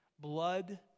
blood